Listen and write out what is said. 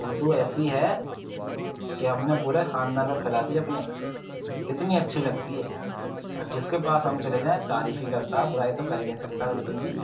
اردو ایسی ہے کہ ہم نے پورے خاندان میں پھیلادی ہے اپنے اتنی اچھی لگتی ہے جس کے پاس ہم چلے جائیں تعریف ہی کرتا ہے وہ برائی تو کر ہی نہیں سکتا بالکل بھی